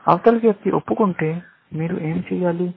అవతలి వ్యక్తి ఒప్పుకుంటే మీరు ఏమి చేయాలి